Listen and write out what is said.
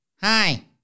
Hi